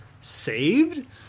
Saved